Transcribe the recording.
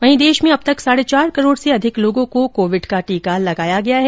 वहीं देश में अब तक साढ़े चार करोड़ से अधिक लोगों को कोविड का टीका लगाया गया है